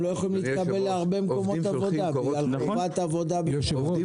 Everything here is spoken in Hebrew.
הם לא יכולים להתקבל להרבה מקומות עבודה בגלל חובת עבודה --- עובדים